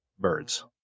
birds